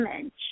image